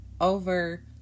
over